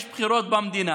יש בחירות במדינה,